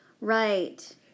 Right